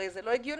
הרי זה לא הגיוני.